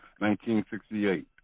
1968